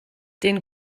den